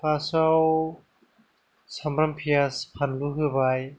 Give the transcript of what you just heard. फासआव सामब्राम पियास फानलु होबाय